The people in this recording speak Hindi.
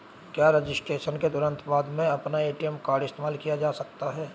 क्या रजिस्ट्रेशन के तुरंत बाद में अपना ए.टी.एम कार्ड इस्तेमाल किया जा सकता है?